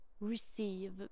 Receive